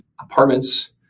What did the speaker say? apartments